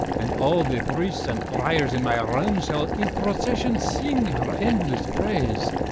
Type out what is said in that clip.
and all the priests and fryers in my realme, shall in procession sing her endlesse prayse.